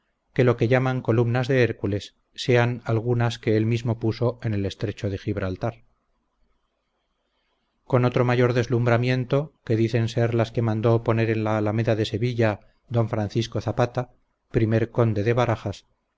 que lo que llaman columnas de hércules sean algunas que él mismo puso en el estrecho de gibraltar con otro mayor deslumbramiento que dicen ser las que mandó poner en la alameda de sevilla d francisco zapata primer conde de barajas